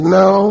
no